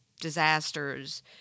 disasters